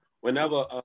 whenever